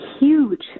huge